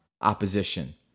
opposition